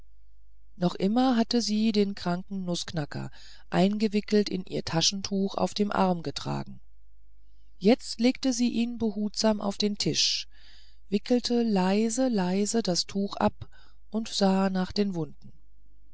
noch immer hatte sie den kranken nußknacker eingewickelt in ihr taschentuch auf dem arm getragen jetzt legte sie ihn behutsam auf den tisch wickelte leise leise das tuch ab und sah nach den wunden